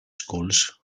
schools